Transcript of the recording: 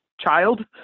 child